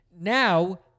Now